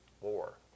war